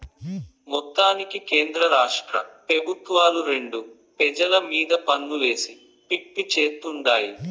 మొత్తానికి కేంద్రరాష్ట్ర పెబుత్వాలు రెండు పెజల మీద పన్నులేసి పిప్పి చేత్తుండాయి